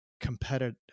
competitive